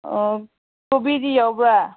ꯑꯣ ꯀꯣꯕꯤꯗꯤ ꯌꯥꯎꯕ꯭ꯔꯥ